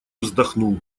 вздохнул